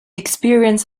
experience